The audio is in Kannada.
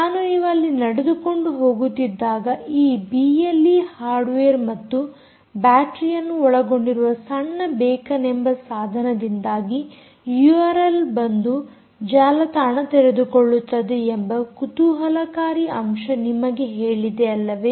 ನಾನು ನೀವು ಅಲ್ಲಿ ನಡೆದುಕೊಂಡು ಹೋಗುತ್ತಿದ್ದಾಗ ಈ ಬಿಎಲ್ಈ ಹಾರ್ಡ್ವೇರ್ ಮತ್ತು ಬ್ಯಾಟರೀಯನ್ನು ಒಳಗೊಂಡಿರುವ ಸಣ್ಣ ಬೇಕನ್ ಎಂಬ ಸಾಧನದಿಂದಾಗಿ ಯೂಆರ್ಎಲ್ ಬಂದು ಜಾಲತಾಣ ತೆರೆದುಕೊಳ್ಳುತ್ತದೆ ಎಂಬ ಕುತೂಹಲಕಾರಿ ಅಂಶ ನಿಮಗೆ ಹೇಳಿದೆ ಅಲ್ಲವೇ